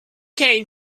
gain